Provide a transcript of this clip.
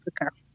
Africa